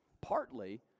partly